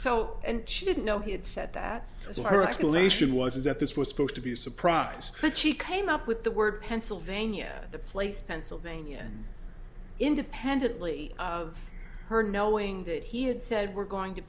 so and she didn't know he had said that i saw her explanation was that this was supposed to be a surprise but she came up with the word pennsylvania the place pennsylvania independently of her knowing that he had said we're going to